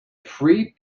free